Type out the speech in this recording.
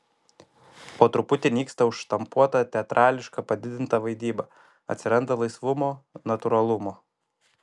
po truputį nyksta užštampuota teatrališka padidinta vaidyba atsiranda laisvumo natūralumo